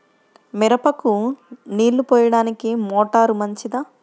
మిరపకు నీళ్ళు పోయడానికి మోటారు మంచిదా?